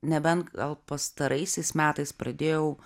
nebent gal pastaraisiais metais pradėjau